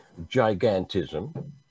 gigantism